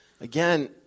Again